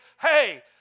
hey